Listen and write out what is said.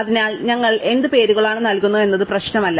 അതിനാൽ ഞങ്ങൾ എന്ത് പേരുകളാണ് നൽകുന്നത് എന്നത് പ്രശ്നമല്ല